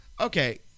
Okay